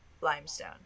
limestone